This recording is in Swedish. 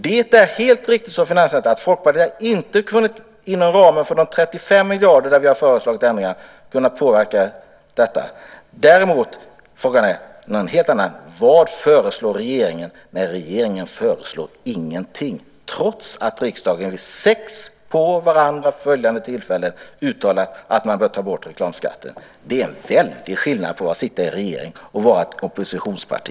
Det är helt riktigt, som finansministern säger, att Folkpartiet inte inom ramen för de 35 miljarder som vi föreslagit förändringar för har kunnat påverka detta. Däremot är frågan en helt annan: Vad föreslår regeringen? Nej, regeringen föreslår ingenting, trots att riksdagen under sex på varandra följande år uttalat att man bör ta bort reklamskatten. Det är en väldig skillnad på att sitta i regering och att vara ett oppositionsparti.